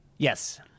Yes